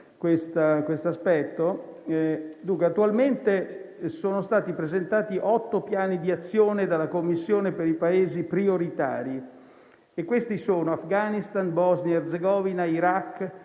la senatrice Bonino, attualmente sono stati presentati otto piani di azione dalla Commissione per i Paesi prioritari, che sono Afghanistan, Bosnia-Erzegovina, Iraq,